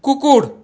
কুকুর